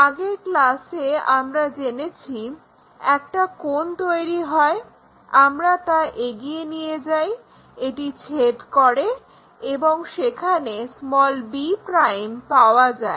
আগের ক্লাসে আমরা জেনেছি একটা কোণ তৈরি হয় আমরা তা এগিয়ে নিয়ে যাই এটি ছেদ করে এবং সেখানে b' পাওয়া যায়